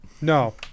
No